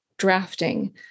drafting